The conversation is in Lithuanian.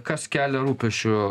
kas kelia rūpesčių